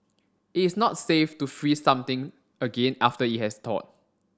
it's not safe to freeze something again after it has thawed